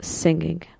singing